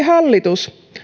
hallitus